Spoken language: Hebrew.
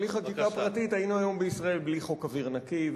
בלי חקיקה פרטית היינו היום בישראל בלי חוק אוויר נקי,